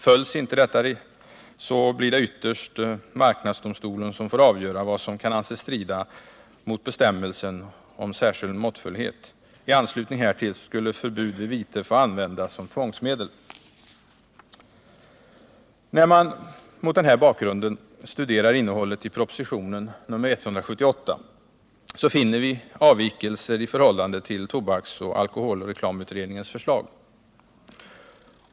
Följs inte dessa riktlinjer, blir det ytterst marknadsdomstolen som får avgöra vad som kan anses strida mot bestämmelsen om särskild måttfullhet. I anslutning härtill skulle förbud vid vite få användas som tvångsmedel. När man mot den här bakgrunden studerar innehållet i proposition nr 178 finner man avvikelser i förhållande till tobaksoch alkoholreklamutredningens förslag.